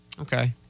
Okay